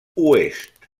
oest